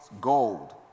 gold